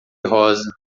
rosa